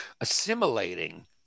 assimilating